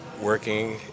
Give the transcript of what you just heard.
working